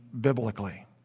biblically